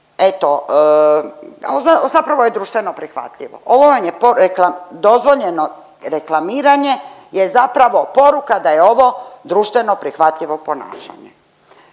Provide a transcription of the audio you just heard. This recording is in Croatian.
eto, a zapravo je društveno prihvatljivo. Ovo vam je podrek… dozvoljeno reklamiranje je zapravo poruka da je ovo društveno prihvatljivo ponašanje